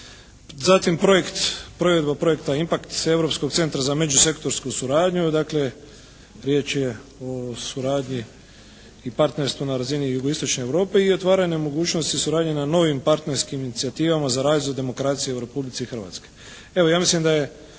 Zatim projekt, provedba projekta IMPAKT s Europskog centra za međusektorsku suradnju, dakle riječ je o suradnji i partnerstvu na razini jugoistočne Europe i otvaranje mogućnosti suradnje na novim partnerskim inicijativama za razvoj demokracije u Republici Hrvatskoj. Evo, ja mislim da je